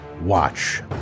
Watch